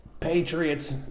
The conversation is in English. Patriots